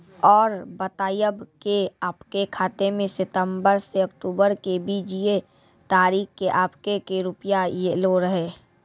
और बतायब के आपके खाते मे सितंबर से अक्टूबर के बीज ये तारीख के आपके के रुपिया येलो रहे?